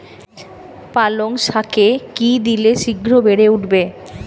পালং শাকে কি দিলে শিঘ্র বেড়ে উঠবে?